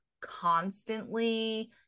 constantly